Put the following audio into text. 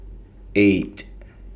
eight